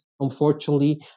Unfortunately